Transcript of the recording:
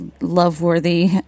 love-worthy